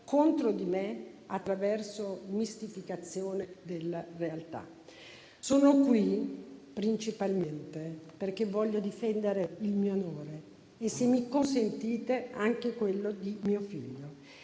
contro di me attraverso mistificazione della realtà. Sono qui principalmente perché voglio difendere il mio onore e, se mi consentite, anche quello di mio figlio,